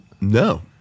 No